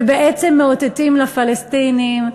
ובעצם מאותתים לפלסטינים,